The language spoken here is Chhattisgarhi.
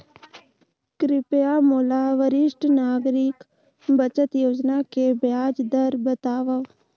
कृपया मोला वरिष्ठ नागरिक बचत योजना के ब्याज दर बतावव